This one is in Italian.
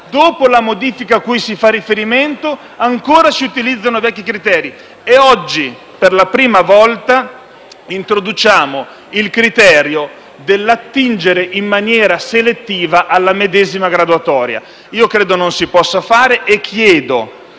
dopo la modifica cui si fa riferimento, ancora si utilizzano i vecchi criteri. Oggi, per la prima volta, introduciamo il criterio dell'attingere in maniera selettiva alla medesima graduatoria. Credo non si possa fare e chiedo